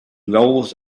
rose